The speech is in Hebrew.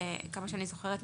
עד כמה שאני זוכרת,